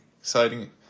exciting